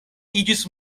iĝis